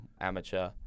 amateur